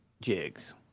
jigs